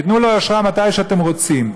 תיתנו לו אשרה מתי שאתם רוצים,